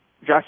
Josh